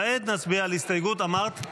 כעת נצביע על ההסתייגות שאמרת.